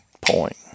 point